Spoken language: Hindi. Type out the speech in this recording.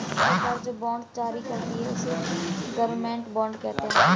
सरकार जो बॉन्ड जारी करती है, उसे गवर्नमेंट बॉन्ड कहते हैं